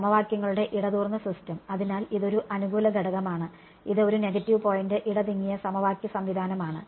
സമവാക്യങ്ങളുടെ ഇടതൂർന്ന സിസ്റ്റം അതിനാൽ ഇതൊരു അനുകൂല ഘടകമാണ് ഇത് ഒരു നെഗറ്റീവ് പോയിന്റ് ഇടതിങ്ങിയ സമവാക്യ സംവിധാനമാണ്